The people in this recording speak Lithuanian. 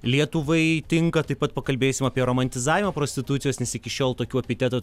lietuvai tinka taip pat pakalbėsim apie romantizavimą prostitucijos nes iki šiol tokių epitetų